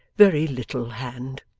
very little hand